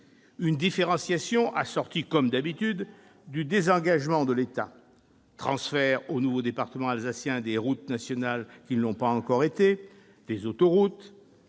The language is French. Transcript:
Cette différenciation est assortie, comme d'habitude, du désengagement de l'État : transfert au nouveau département alsacien des routes nationales qui n'ont pas encore été transférées,